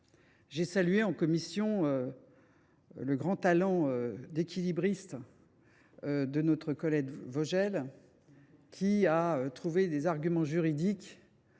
J’ai salué, en commission, le grand talent d’équilibriste de notre collègue Louis Vogel, qui a trouvé des arguments juridiques